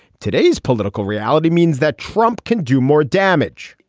today's political reality means that trump can do more damage.